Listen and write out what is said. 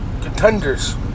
contenders